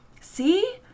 See